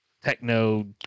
Techno